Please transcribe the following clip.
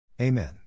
Amen